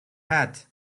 hat